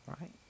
Right